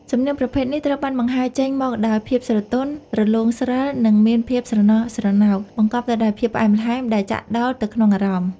សំនៀងប្រភេទនេះត្រូវបានបង្ហើរចេញមកដោយភាពស្រទន់ រលោងស្រិល និងមានភាពស្រណោះស្រណោក បង្កប់ទៅដោយភាពផ្អែមល្ហែមដែលចាក់ដោតទៅក្នុងអារម្មណ៍។